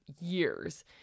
years